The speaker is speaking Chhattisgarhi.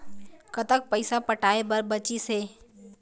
कतक पैसा पटाए बर बचीस हे?